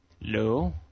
No